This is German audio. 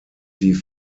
sie